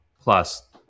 plus